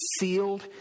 sealed